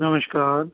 ਨਮਸਕਾਰ